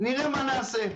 נראה מה נעשה.